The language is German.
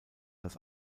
das